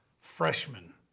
freshman